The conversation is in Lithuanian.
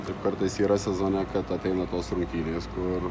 taip kartais yra sezone kad ateina tos rungtynės kur